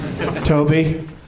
Toby